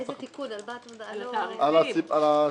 על הסיבות,